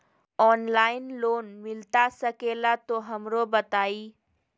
Online loan मिलता सके ला तो हमरो बताई?